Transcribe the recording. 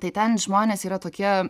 tai ten žmonės yra tokie